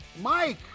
Mike